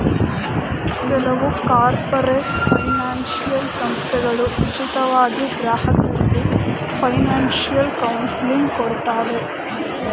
ಕೆಲವು corporate financial ಸಂಸ್ಥೆಗಳು ಉಚಿತವಾಗಿ ಗ್ರಾಹಕರಿಗೆ ಫೈನಾನ್ಸಿಯಲ್ ಕೌನ್ಸಿಲಿಂಗ್ ಕೊಡ್ತಾರೆ